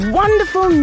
wonderful